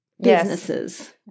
businesses